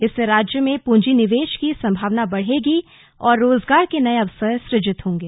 इससे राज्य में पूंजी निवेश की संभावना बढ़ेगी और रोजगार के नए अवसर सुजित होंगे